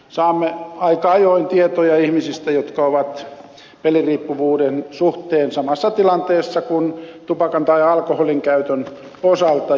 saamme aika ajoin tietoja ihmisistä jotka ovat peliriippuvuuden suhteen samassa tilanteessa kuin jotkut tupakan tai alkoholinkäytön osalta